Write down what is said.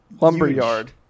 Lumberyard